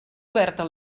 oberta